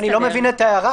אני לא מבין את ההערה.